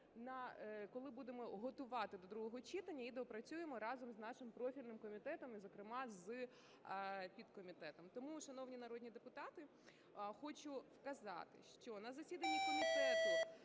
коли будемо готувати до другого читання, і доопрацюємо разом з нашим профільним комітетом і, зокрема, з підкомітетом. Тому, шановні народні депутати, хочу сказати, що на засіданні комітету